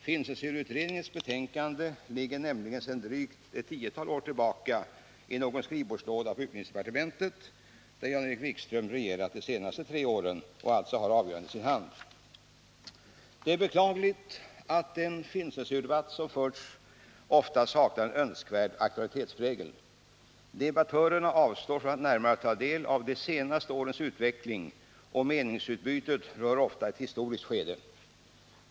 Filmcensurutredningens betänkande ligger nämligen sedan drygt ett tiotal år tillbaka i någon skrivbordslåda på utbildningsdepartementet — där Jan-Erik Wikström regerat de senaste tre åren och alltså har avgörandet i sin hand. Det är beklagligt att den filmcensurdebatt som förs ofta saknar en önskvärd aktualitetsprägel. Debattörerna avstår från att närmare ta del av de senaste årens utveckling, och meningsutbytet rör ofta ett historiskt skede.